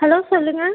hello சொல்லுங்கள்